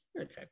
Okay